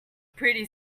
pretty